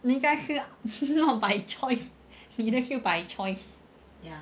人家是 not by choice 你的是 by choice